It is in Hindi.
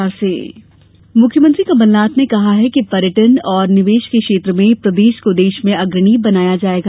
सीएम पर्यटन मुख्यमंत्री कमल नाथ ने कहा है कि पर्यटन और निवेश के क्षेत्र में प्रदेश को देश में अग्रणी बनाया जाएगा